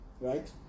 right